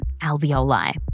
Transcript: alveoli